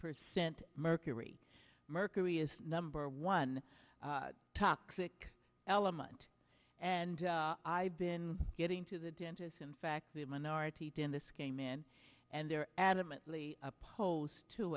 percent mercury mercury is number one toxic element and i've been getting to the dentists in fact the minority it in this came in and they're adamantly opposed to